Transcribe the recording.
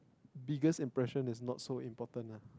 biggest impression is not so important ah